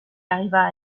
arriva